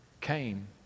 came